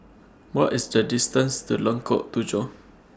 What IS The distance to Lengkok Tujoh